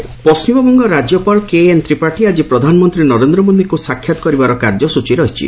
Bengal governor ପଶ୍ଚିମବଙ୍ଗ ରାଜ୍ୟପାଳ KN Tripathi ଆଙ୍ଗି ପ୍ରଧାନମନ୍ତ୍ରୀ ନରେନ୍ଦ୍ର ମୋଦିଙ୍କୁ ସାକ୍ଷାତ୍ କରିବାର କାର୍ଯ୍ୟଚୀ ରହିଛି